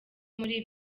muri